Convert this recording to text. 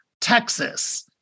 Texas